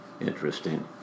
Interesting